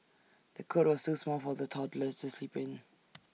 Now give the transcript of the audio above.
the cot was too small for the toddler to sleep in